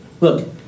Look